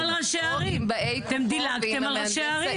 עם כל ראשי הערים, אתם דילגתם על ראשי הערים.